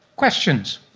questions?